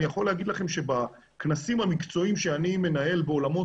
אני יכול להגיד לכם שבכנסים המקצועיים שאני מנהל בעולמות